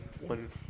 one